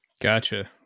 Gotcha